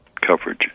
coverage